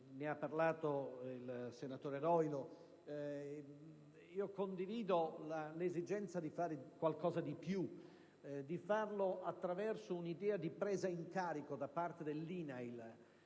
cui ha parlato il senatore Roilo, condivido l'esigenza di fare qualcosa di più, e di farlo attraverso un'idea di presa in carico da parte dell'Istituto